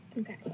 Okay